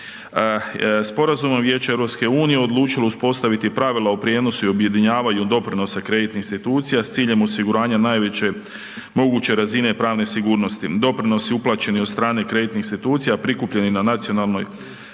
Sporazumom Vijeća EU-a odlučilo se uspostaviti pravila o prijenosu i objedinjavanju doprinosa kreditnih institucija s ciljem osiguranja najveće moguće razine pravne sigurnosti. Doprinosi uplaćeni od strane kreditnih institucija prikupljeni na nacionalnoj